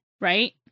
right